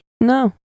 No